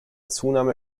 zunahme